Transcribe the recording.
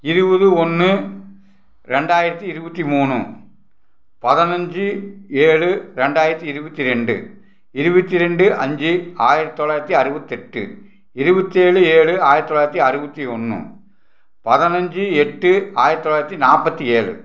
இருபது ஒன்று ரெண்டாயிரத்தி இருபத்தி மூணு பதினஞ்சி ஏழு ரெண்டாயிரத்தி இருபத்தி ரெண்டு இருபத்தி ரெண்டு அஞ்சு ஆயிரத்தி தொள்ளாயிரத்தி அறுபத்தெட்டு இருபத்தி ஏழு ஏழு ஆயிரத்டி தொள்ளாயிரத்தி அறுபத்தி ஒன்று பதினஞ்சி எட்டு ஆயிரத்து தொள்ளாயிரத்தி நாற்பத்தி ஏழு